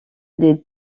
des